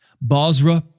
Basra